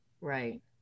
right